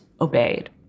obeyed